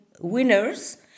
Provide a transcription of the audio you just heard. winners